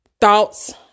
thoughts